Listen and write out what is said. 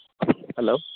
hello